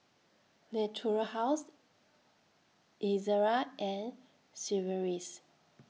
Natura House Ezerra and Sigvaris